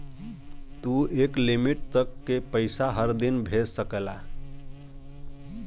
तू एक लिमिट तक के पइसा हर दिन भेज सकला